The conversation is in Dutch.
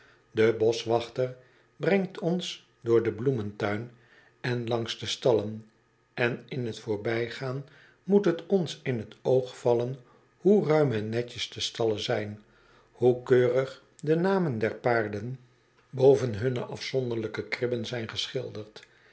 de boschwachter brengt ons door den bloementuin en langs de stallen en in t voorbijgaan moet t ons in t oog vallen hoe ruim en netjes de stallen zijn hoe keurig de namen der paarden boven hunne afzonderlijke kribben zijn geschilderd